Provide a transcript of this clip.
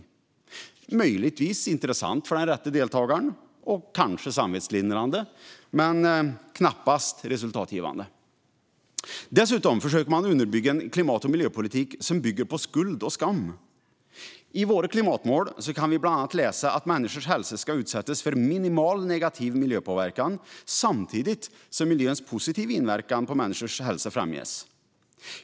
Detta är möjligtvis intressant för den rätte deltagaren, och kanske samvetslindrande, men det är knappast resultatgivande. Dessutom försöker man underbygga en klimat och miljöpolitik som bygger på skuld och skam. I våra klimatmål kan vi bland annat läsa att människors hälsa ska utsättas för minimal negativ miljöpåverkan samtidigt som miljöns positiva inverkan på människors hälsa främjas.